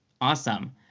awesome